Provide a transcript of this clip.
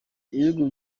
ibihugu